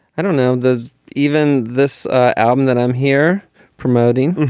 i don't know, there's even this album that i'm here promoting.